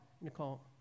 Nicole